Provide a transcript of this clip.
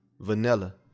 vanilla